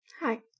Hi